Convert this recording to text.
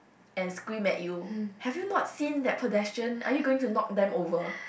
and scream at you have you not seen that pedestrian are you going to knock them over